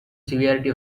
severity